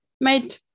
Made